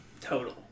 Total